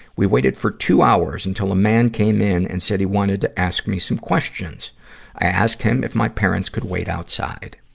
we waited for two hours, until a man came in and said he wanted to ask me some questions. i asked him if my parents could wait outside.